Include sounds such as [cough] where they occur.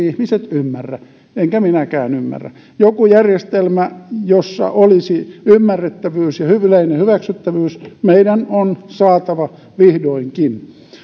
[unintelligible] ihmiset yksinkertaisesti ymmärrä enkä minäkään ymmärrä joku järjestelmä jossa olisi ymmärrettävyys ja yleinen hyväksyttävyys meidän on saatava vihdoinkin